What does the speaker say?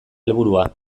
helburua